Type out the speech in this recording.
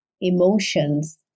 Emotions